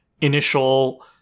initial